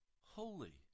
holy